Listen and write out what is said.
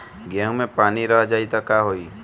गेंहू मे पानी रह जाई त का होई?